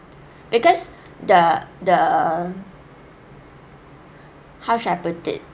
because the the how should I put it